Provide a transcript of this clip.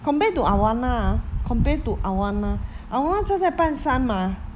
compared to awana ah compare to awana awana 它在半山 mah